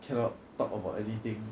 cannot talk about anything